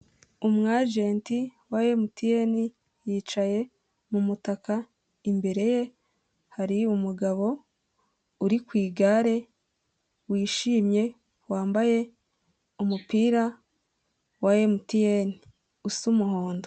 Umwajenti wa emutiyeni yicaye mu mutaka imbere ye hari umugabo uri ku igare wishimye wambaye umupira wa emutiyeni usa umuhondo.